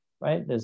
right